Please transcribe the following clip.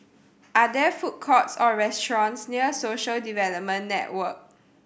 are there food courts or restaurants near Social Development Network